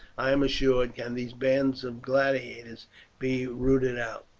i am assured, can these bands of gladiators be rooted out.